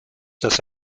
dass